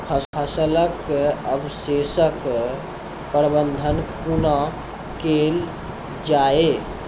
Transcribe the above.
फसलक अवशेषक प्रबंधन कूना केल जाये?